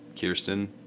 Kirsten